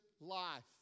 life